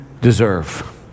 deserve